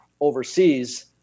overseas